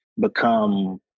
become